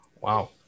Wow